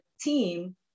team